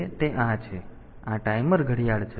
તેથી આ ટાઈમર ઘડિયાળ છે